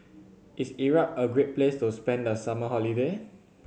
is Iraq a great place to spend the summer holiday